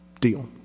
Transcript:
deal